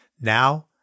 Now